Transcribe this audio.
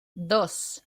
dos